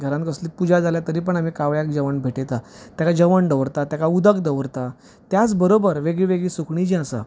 घरांत कसली पुजा जाल्यार आमी कावळ्याक जेवण भेटयतात तेका जेवण दवरतात तेका उदक दवरतात त्याच बरोबर वेगळी वेगळी सुकणीं जी आसा